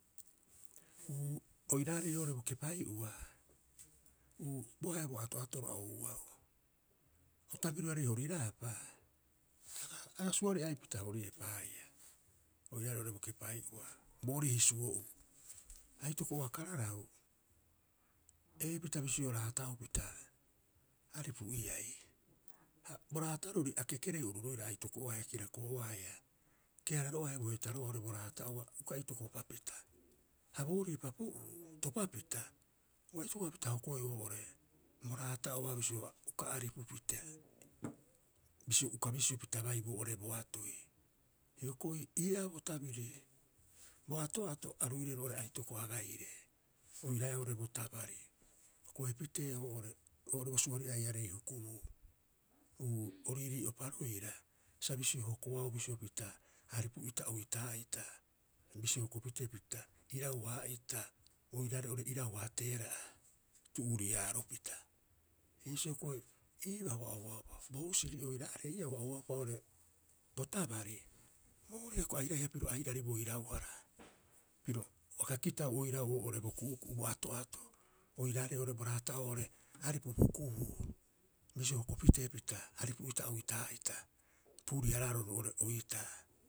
Uu oiraarei oo'ore bo kepai'ua, uu bo ahe'a bo ato'atoro a ouau. O tabirioarei horiraapa aga suari'aipita horiepa haia oiraarei oo'ore bo kepai'ua boorii hisuo'uu. Aitoko'oa kararau, ee pita bisio raataau pita aripu'iai. Ha bo raatarori a kekereu oru roira aitoko'oa haia kirakoo'oa haia keararo'oa haia bohetaro'oa oo'ore bo raata'oa uka itokopapita. Ha boorii papo'uu topapita, ua itokopapita hokoeu oo'ore bo raata'oa bisio uka aripupita, bisio uka bisio pita bai boo'ore bo atoi. Hioko'i ii'aa bo tabiri, bo ato'ato a ruireu roo'ore aitoko agaire, oiraae oo'ore bo tabari okoe pitee oo'ore, oo'ore bo suari'aiarei hukubuu. Uu o riirii'upa roira sa bisio hokoau bisio pita aripu'ita oitaa'ita. Bisio huku pitee bisio pita irau- haa'ita oiraarei oo'ore irauhaa teera'a tu'uriaaropita. Iisio hioko'i, ii'oo huaha o ouaupa bo husiri oiraareha uaha o ouaupa oo'ore bo tabari, booriha hioko'i airaiha airari piro bo irauhara piro aga kitau oirau oo'ore bo ku'uku'u bo ato'ato oiraarei bo raata'oo oo'ore aripu hukubuu, bisio huku pitee pita aripu'ita oitaa'ita puuriaraaro roo'ore oitaa.